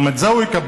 גם את זה הוא יקבל,